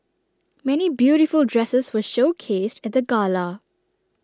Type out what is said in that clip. many beautiful dresses were showcased at the gala